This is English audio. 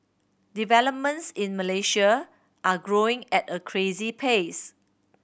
developments in Malaysia are growing at a crazy pace